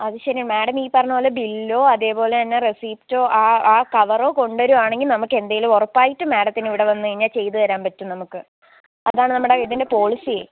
അത് ശരിയാണ് മാഡം ഈ പറഞ്ഞപോലെ ബില്ലോ അതേപോലെ തന്നെ റെസിപ്റ്റോ ആ ആ കവറോ കൊണ്ടരുവാണെങ്കിൽ നമുക്കെന്തെലും ഉറപ്പായിട്ടും മാഡത്തിന് ഇവിടെ വന്നു കഴിഞ്ഞാൽ ചെയ്തു തരാൻ പറ്റും നമുക്ക് അതാണ് നമ്മുടെ ഇതിന്റെ പോളിസിയെ